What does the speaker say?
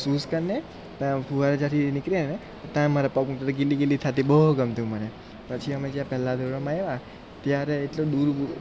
shoes કાઢીને ત્યાં ફુવારા જ્યાંથી નીકળ્યાને ત્યાં મારા પગમાં પેલી ગિલી ગિલી થતી બહુ ગમતું મને પછી અમે જ્યાં પહેલાં ધોરણમાં આવ્યા ત્યારે એટલું દૂર